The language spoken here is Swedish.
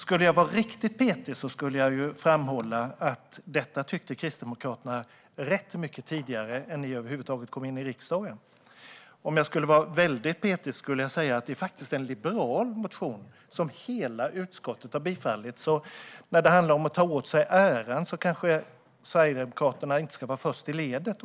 Skulle jag vara riktigt petig skulle jag framhålla att Kristdemokraterna tyckte detta var rätt mycket tidigare än ni över huvud taget kom in i riksdagen. Om jag skulle vara väldigt petig skulle jag säga att det faktiskt är en liberal motion som hela utskottet har bifallit. Så när det handlar om att ta åt sig äran kanske Sverigedemokraterna inte står i främsta ledet.